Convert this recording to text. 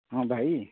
ହଁ ଭାଇ